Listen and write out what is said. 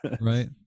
Right